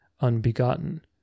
unbegotten